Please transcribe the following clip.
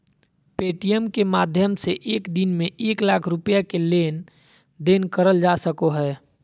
Paytm के माध्यम से एक दिन में एक लाख रुपया के लेन देन करल जा सको हय